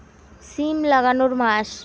সিম লাগানোর মাস?